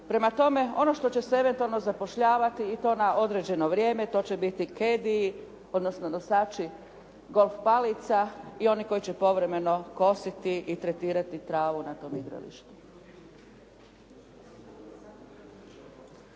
Prema tome, ono što će se eventualno zapošljavati i to na određeno vrijeme to će biti cadyi odnosno nosači golf palica i oni koji će povremeno kositi i tretirati travu na tom igralištu.